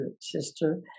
sister